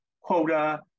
quota